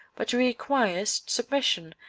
but requirest submission,